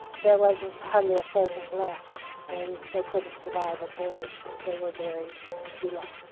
there wasn't hardly a pheasant left. they they couldn't survive it. they they were buried too long.